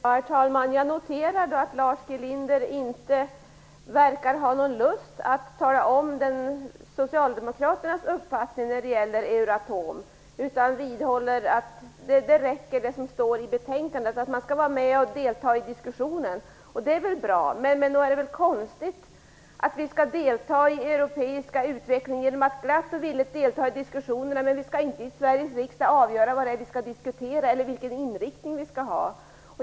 Herr talman! Jag noterar att Lars G Linder inte verkar ha någon lust att tala om socialdemokraternas uppfattning när det gäller Euratom. Han vidhåller att det som står i betänkandet räcker, att man skall delta i diskussionen. Det är väl bra. Men nog är det väl konstigt att vi skall delta i den europeiska utvecklingen genom att glatt och villigt delta i diskussionerna, men vi skall inte i Sveriges riksdag avgöra vad det är vi skall diskutera eller vilken inriktning vi skall ha.